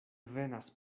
venas